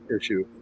issue